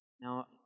Now